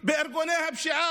בארגוני הפשיעה,